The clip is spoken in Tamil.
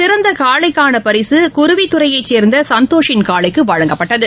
சிறந்தகாளைக்கானபரிசுகுருவித்துறையைசேர்ந்தசந்தோஷின் காளைக்குவழங்கப்பட்டது